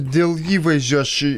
dėl įvaizdžio aš